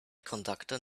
conductor